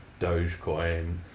Dogecoin